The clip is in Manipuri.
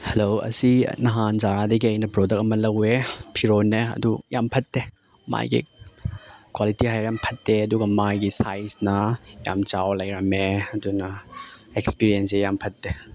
ꯍꯜꯂꯣ ꯑꯁꯤ ꯅꯍꯥꯟ ꯖꯥꯔꯥꯗꯒꯤ ꯑꯩꯅ ꯄ꯭ꯔꯣꯗꯛ ꯑꯃ ꯂꯧꯋꯦ ꯐꯤꯔꯣꯟꯅꯦ ꯑꯗꯨ ꯌꯥꯝ ꯐꯠꯇꯦ ꯃꯥꯒꯤ ꯀ꯭ꯋꯥꯂꯤꯇꯤ ꯍꯥꯏꯔ ꯐꯠꯇꯦ ꯑꯗꯨꯒ ꯃꯥꯒꯤ ꯁꯥꯏꯁꯅ ꯌꯥꯝ ꯆꯥꯎꯔꯒ ꯂꯩꯔꯝꯃꯦ ꯑꯗꯨꯅ ꯑꯦꯛꯁꯄꯤꯔꯤꯌꯦꯟꯁꯦ ꯌꯥꯝ ꯐꯠꯇꯦ